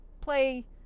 play